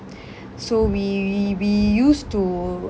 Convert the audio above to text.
so we we we used to